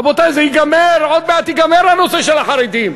רבותי, זה ייגמר, עוד מעט ייגמר הנושא של החרדים.